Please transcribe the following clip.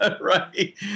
Right